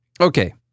Okay